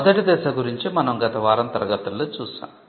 మొదటి దశ గురించి మనం గత వారం తరగతులలో చూశాం